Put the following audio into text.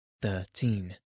thirteen